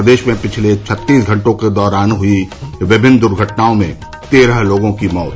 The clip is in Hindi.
प्रदेश में पिछले छत्तीस घंटों के दौरान हई विभिन्न द्र्घटनाओं मे तेरह लोगों की मौत